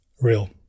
Real